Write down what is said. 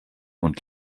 und